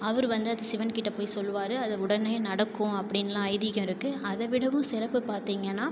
அவரு வந்து அதை சிவன் கிட்ட போய் சொல்வார் அது உடனே நடக்கும் அப்படீன்லா ஐதீகம் இருக்கு அதை விடவும் சிறப்பு பார்த்தீங்கன்னா